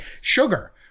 sugar